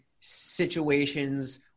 situations